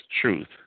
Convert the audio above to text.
truth